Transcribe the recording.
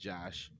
Josh